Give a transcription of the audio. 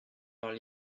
dans